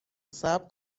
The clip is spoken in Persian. صبر